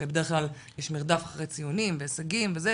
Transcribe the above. שבדרך כלל יש מרדף אחרי ציונים והישגים וזה,